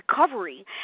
recovery